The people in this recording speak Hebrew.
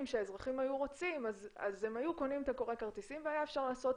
שהאזרחים היו רוצים אז הם היו קונים את קורא הכרטיסים והיה אפשר לעשות